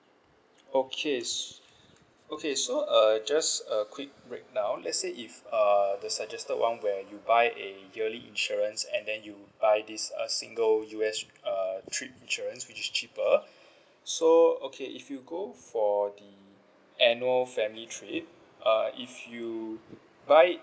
okay s~ okay so uh just a quick break down let's say if uh the suggested [one] where you buy a yearly insurance and then you buy this a single U_S uh trip insurance which is cheaper so okay if you go for the annual family trip uh if you buy it